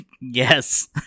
Yes